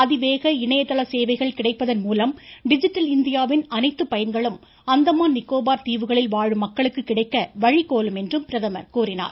அதிவேக இணையதள சேவைகள் கிடைப்பதன் மூலம் டிஜிட்டல் இந்தியாவின் அனைத்து பயன்களும் அந்தமான் நிக்கோபார் தீவுகளில் வாழும் மக்களுக்கு கிடைக்க வழிவகுக்கும் என்றும் பிரதமர் கூறினார்